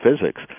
physics